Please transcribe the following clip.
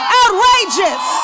outrageous